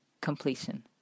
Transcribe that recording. completion